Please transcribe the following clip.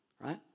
Right